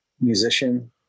musician